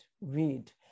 read